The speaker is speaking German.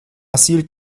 asyl